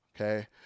Okay